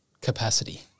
capacity